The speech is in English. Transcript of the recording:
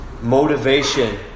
motivation